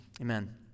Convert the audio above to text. Amen